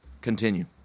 Continue